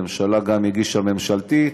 הממשלה גם הגישה ממשלתית,